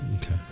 Okay